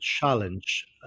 challenge